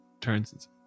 turns